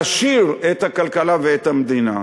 ויעשיר את הכלכלה ואת המדינה.